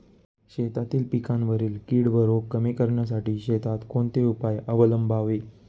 शेतातील पिकांवरील कीड व रोग कमी करण्यासाठी शेतात कोणते उपाय अवलंबावे?